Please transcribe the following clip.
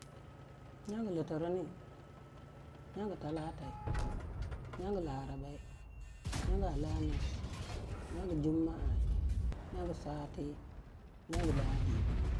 Nyangu Litirini, nyangu Talatai, nyongu Larabai, nyangu Alamis, nyangu Jumma'a, nyangu Swati, nyangu Ladi.